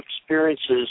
experiences